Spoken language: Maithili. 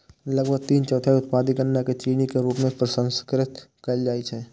लगभग तीन चौथाई उत्पादित गन्ना कें चीनी के रूप मे प्रसंस्कृत कैल जाइ छै